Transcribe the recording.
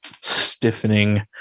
stiffening